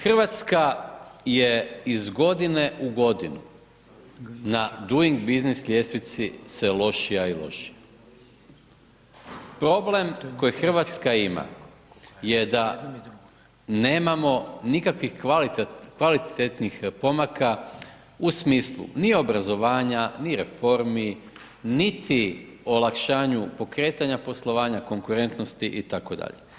Hrvatska je iz godine u godinu na Duing biznis ljestvici sve lošija i lošija, problem koji Hrvatska ima je da nemamo nikakvih kvalitetnih pomaka u smislu ni obrazovanja, ni reformi, niti olakšanju pokretanja poslovanja, konkurentnosti itd.